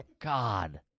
God